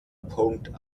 punkt